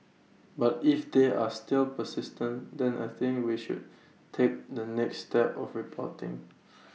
but if they are still persistent then I think we should take the next step of reporting